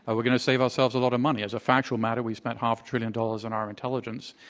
ah we're going to save ourselves a lot of money. as a factual matter, we spent half a trillion dollars on our intelligence.